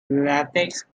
latex